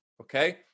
Okay